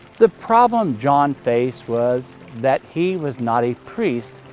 the problem john faced was that he was not a priest,